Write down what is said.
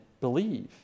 believe